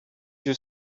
you